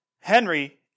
Henry